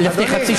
תמשיך.